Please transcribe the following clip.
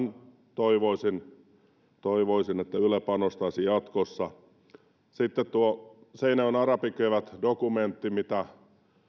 toivoisin toivoisin että tähän yle panostaisi jatkossa sitten tuo seinäjoen arabikevät dokumentti mitä